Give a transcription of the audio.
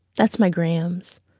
that's my grams.